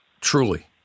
truly